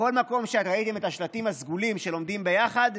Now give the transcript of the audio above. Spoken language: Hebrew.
בכל מקום שראיתם את השלטים הסגולים של עומדים ביחד,